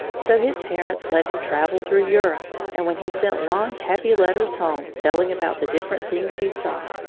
so his parents let him travel through europe, and when he sent long, happy letters home, telling about the different things he saw,